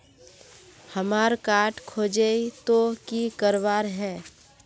हमार कार्ड खोजेई तो की करवार है?